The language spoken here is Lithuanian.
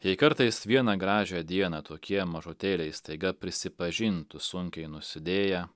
jei kartais vieną gražią dieną tokie mažutėliai staiga prisipažintų sunkiai nusidėję